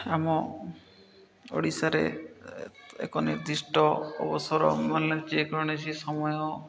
ଆମ ଓଡ଼ିଶାରେ ଏକ ନିର୍ଦ୍ଧିଷ୍ଟ ଅବସର ମାନେ ଯେକୌଣସି ସମୟ